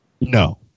No